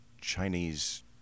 Chinese